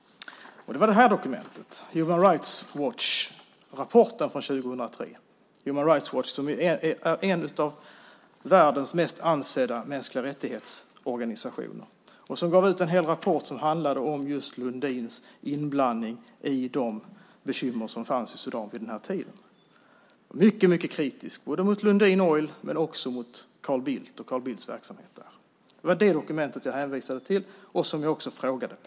Det var det här dokumentet, Human Rights Watch-rapporten från 2003. Human Rights Watch är en av världens mest ansedda organisationer för mänskliga rättigheter. De gav ut en hel rapport som handlade om just Lundins inblandning i de bekymmer som fanns i Sudan vid den här tiden. Den är mycket kritisk mot Lundin Oil och också mot Carl Bildt och hans verksamhet där. Det var det dokumentet jag hänvisade till och som jag också frågade om.